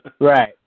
Right